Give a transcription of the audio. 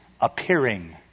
appearing